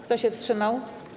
Kto się wstrzymał?